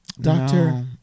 doctor